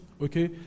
okay